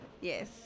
yes